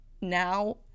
now